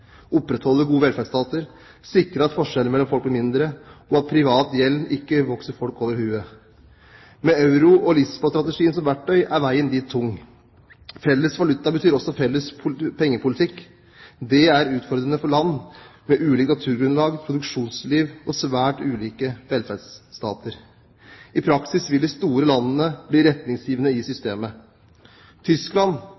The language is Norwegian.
opprettholde gode velferdsstater å sikre at forskjellene mellom folk blir mindre at privat gjeld ikke vokser folk over hodet Med euro og Lisboa-strategien som verktøy er veien dit tung. Felles valuta betyr også felles pengepolitikk. Det er utfordrende for land med ulike naturgrunnlag, produksjonsliv og svært ulike velferdsstater. I praksis vil de store landene bli retningsgivende i